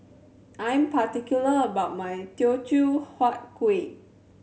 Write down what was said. I am particular about my Teochew Huat Kuih